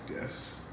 yes